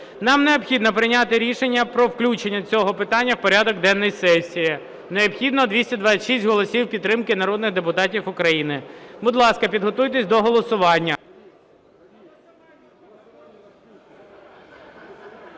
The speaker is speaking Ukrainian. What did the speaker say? Нам необхідно прийняти рішення про включення цього питання в порядок денний сесії, необхідно 226 голосів підтримки народних депутатів України. Будь ласка, підготуйтеся до голосування.